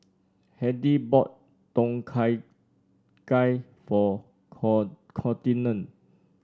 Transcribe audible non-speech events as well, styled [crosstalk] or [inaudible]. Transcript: Hedy bought Tom Kha Gai for [unintelligible] Contina